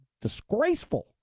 disgraceful